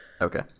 okay